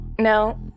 No